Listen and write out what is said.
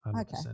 okay